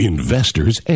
Investors